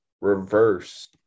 reverse